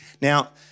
Now